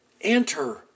enter